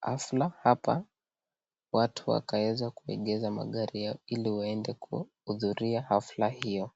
hafla hapa watu wakaweza kuegesha magari ili waende kuhudhuria hafla hiyo.